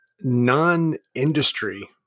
non-industry